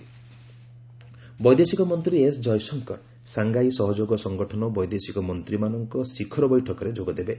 Jaishankar SCO ବୈଦେଶିକ ମନ୍ତ୍ରୀ S Jaishankar Shanghai ସହଯୋଗ ସଂଗଠନ ବୈଦେଶିକ ମନ୍ତ୍ରୀମାନଙ୍କ ଶିଖର ବୈଠକରେ ଯୋଗଦେବେ